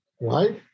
right